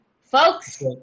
folks